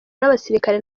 n’abasirikare